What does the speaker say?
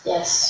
Yes